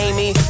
Amy